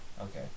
Okay